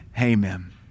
Amen